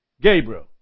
Gabriel